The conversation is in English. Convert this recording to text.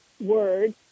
words